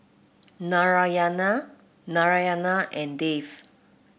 Narayana Narayana and Dev